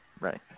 Right